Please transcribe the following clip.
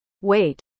Wait